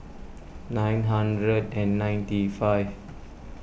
nine hundred and ninety five